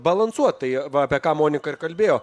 balansuot tai va apie ką monika ir kalbėjo